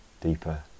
deeper